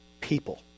people